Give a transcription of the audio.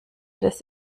des